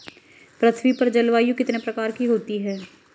पृथ्वी पर जलवायु कितने प्रकार की होती है?